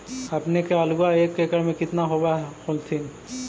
अपने के आलुआ एक एकड़ मे कितना होब होत्थिन?